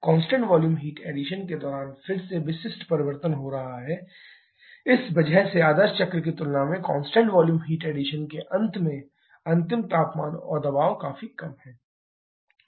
constant volume heat addition के दौरान फिर से विशिष्ट परिवर्तन हो रहा है इस वजह से आदर्श चक्र की तुलना में कांस्टेंट वॉल्यूम हीट एडिशन के अंत में अंतिम तापमान और दबाव काफी कम है